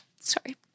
Sorry